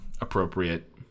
appropriate